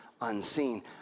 unseen